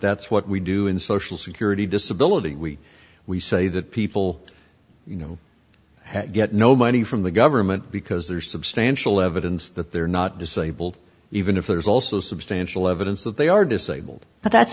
that's what we do in social security disability we we say that people you know have get no money from the government because there's substantial evidence that they're not disabled even if there's also substantial evidence that they are disabled but that's